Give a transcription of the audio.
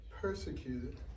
persecuted